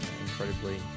incredibly